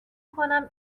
کنم